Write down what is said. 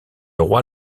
roi